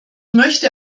möchte